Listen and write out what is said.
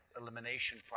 elimination